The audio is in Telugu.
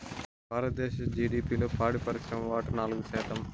భారతదేశ జిడిపిలో పాడి పరిశ్రమ వాటా నాలుగు శాతం